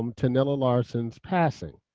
um to nella larsen's passing.